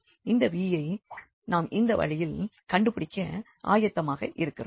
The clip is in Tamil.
இந்த v யை நாம் இந்த வழியில் கண்டுபிடிக்க ஆயத்தமாக இருக்கிறோம்